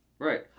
Right